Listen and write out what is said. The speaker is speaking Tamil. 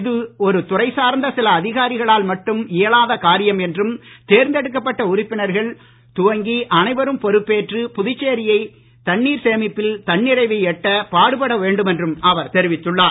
இது ஒரு துறை சார்ந்த சில அதிகாரிகளால் மட்டும் இயலாத காரியம் என்றும் தேர்ந்தெடுக்கப்பட்ட உறுப்பினர்கள் துவங்கி பொறுப்பேற்று புதுச்சேரியை தண்ணீர் சேமிப்பில் அனைவரும் தன்னிறைவை எட்ட பாடுபட வேண்டும் என்றும் அவர் தெரிவித்துள்ளார்